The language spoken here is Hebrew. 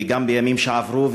וגם הימים שעברו,